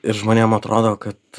ir žmonėm atrodo kad